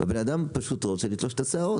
והבן אדם פשוט רוצה לתלוש את השערות.